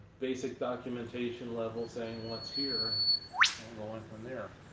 basic documentation level saying what's here and going from there.